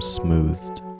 smoothed